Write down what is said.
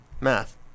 math